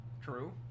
True